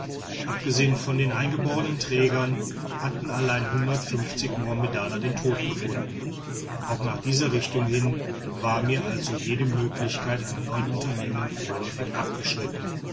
abgesehen von den eingeborenen trägern hatten allein mohammedaner den tod gefunden auch nach dieser richtung hin war mir also jede möglichkeit einer neuen unternehmung vorläufig abgeschnitten